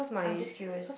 I'm just curious